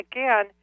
Again